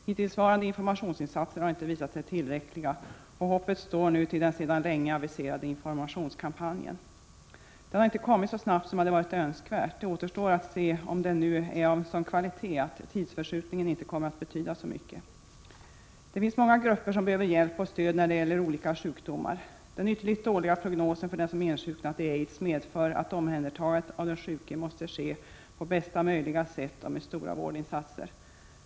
Hittillsvarande informationsinsatser har inte visat sig vara tillräckliga, och hoppet står nu till den sedan länge aviserade informationskampanjen. Den har inte kommit så snabbt som hade varit önskvärt, och det återstår att se om den nu är av sådan kvalitet att tidsförskjutningen inte kommer att betyda så mycket. Det finns många grupper som behöver hjälp och stöd när det gäller olika sjukdomar. Den ytterligt dåliga prognosen för den som insjuknat i aids medför att omhändertagandet av den sjuke måste ske på bästa möjliga sätt och med stora vårdinsatser.